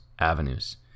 avenues